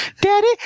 Daddy